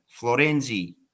Florenzi